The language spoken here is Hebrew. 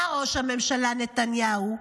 אתה, ראש הממשלה נתניהו,